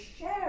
share